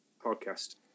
podcast